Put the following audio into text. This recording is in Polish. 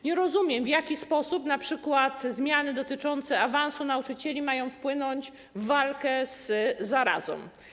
Nie rozumiem, w jaki sposób np. zmiany dotyczące awansu nauczycieli mają wpłynąć na walkę z zarazą.